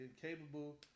capable